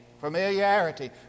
Familiarity